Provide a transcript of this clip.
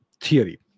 theory